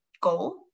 goal